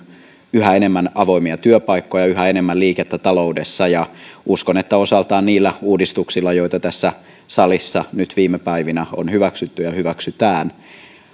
yhä enemmän avoimia työpaikkoja yhä enemmän liikettä taloudessa uskon että osaltaan niillä uudistuksilla joita tässä salissa nyt viime päivinä on hyväksytty ja hyväksytään